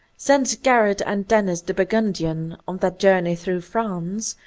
sends gerard and denis the burgundian on that journey through france,